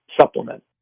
supplement